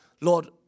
Lord